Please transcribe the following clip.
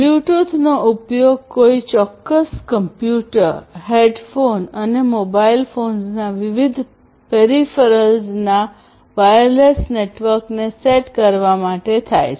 બ્લૂટૂથનો ઉપયોગ કોઈ ચોક્કસ કમ્પ્યુટર હેડફોનો અને મોબાઇલ ફોન્સના વિવિધ પેરિફેરલ્સના વાયરલેસ નેટવર્કને સેટ કરવા માટે થાય છે